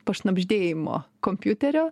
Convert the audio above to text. pašnabždėjimo kompiuterio